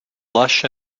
lush